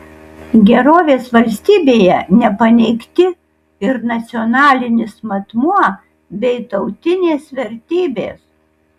gerovės valstybėje nepaneigti ir nacionalinis matmuo bei tautinės vertybės